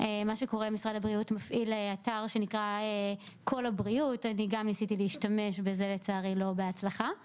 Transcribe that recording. נתייחס לכל ההסתייגויות יחד